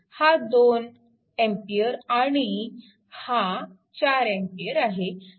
हा 2A आणि हा 4A आहे